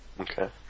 Okay